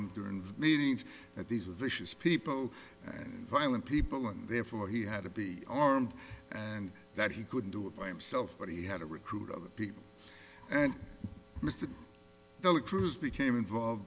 him during the meetings that these were vicious people and violent people and therefore he had to be armed and that he couldn't do it by himself but he had to recruit other people and mr cruz became involved